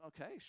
okay